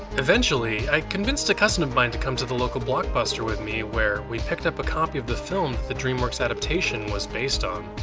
eventually, i convinced a cousin of mine to come to the local blockbuster with me, where we picked up a copy of the film that the dreamworks adaptation was based on.